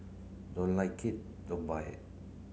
don't like it don't buy it